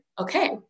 okay